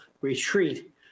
retreat